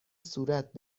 صورت